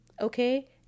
okay